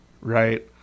right